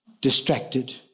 distracted